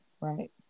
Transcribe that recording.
Right